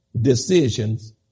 decisions